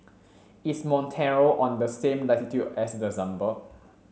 is Montenegro on the same latitude as Luxembourg